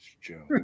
Joe